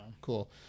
Cool